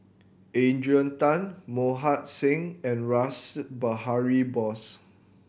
Adrian Tan Mohan Singh and Rash Behari Bose